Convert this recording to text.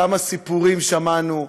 כמה סיפורים שמענו,